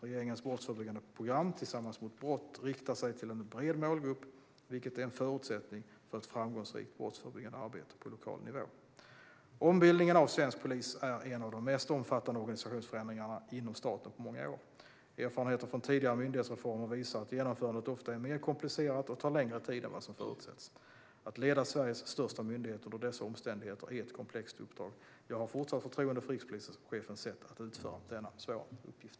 Regeringens brottsförebyggande program, Tillsammans mot brott, riktar sig till en bred målgrupp, vilket är en förutsättning för ett framgångsrikt brottsförebyggande arbete på lokal nivå. Ombildningen av svensk polis är en av de mest omfattande organisationsförändringarna inom staten på många år. Erfarenheter från tidigare myndighetsreformer visar att genomförandet ofta är mer komplicerat och tar längre tid än vad som har förutsetts. Att leda Sveriges största myndighet under dessa omständigheter är ett komplext uppdrag. Jag har fortsatt förtroende för rikspolischefens sätt att utföra denna svåra uppgift.